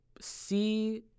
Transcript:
see